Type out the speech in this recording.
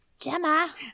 Gemma